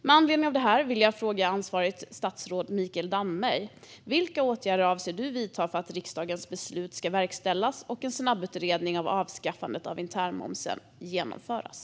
Med anledning av detta vill jag fråga ansvarigt statsråd Mikael Damberg: Vilka åtgärder avser du att vidta för att riksdagens beslut ska verkställas och en snabbutredning om avskaffandet av internmomsen genomföras?